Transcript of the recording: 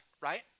right